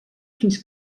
fins